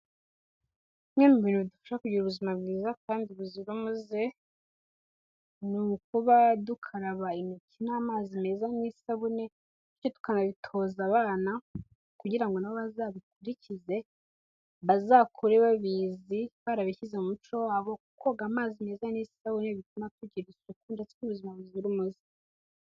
Bimwe mu bintu bidufasha kugira ubuzima bwiza kandi buzira umuze ni ukuba dukaraba intoki n'amazi meza n'isabune bityo tukanabitoza abana kugira ngo nabo bazabikurikize bazakure babizi barabishyize mu muco wabo, koga amazi meza n'isabune bituma tugira isuku ndetse ubuzima buzira umuze.